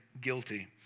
guilty